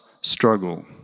struggle